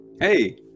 Hey